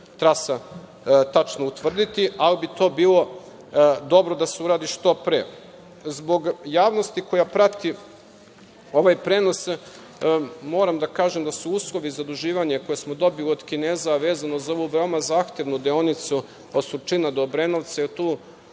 trasa tačno utvrditi, ali bi to bilo dobro da se uradi što pre. Zbog javnosti koja prati ovaj prenos, moram da kažem da su uslovi zaduživanja koje smo dobili od Kineza, a vezano za ovu veoma zahtevnu deonicu od Surčina do Obrenovca, jel tu